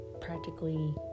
practically